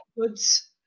goods